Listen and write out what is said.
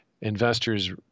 investors